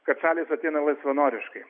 kad šalys ateina laisvanoriškai